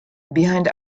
behind